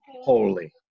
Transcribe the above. holy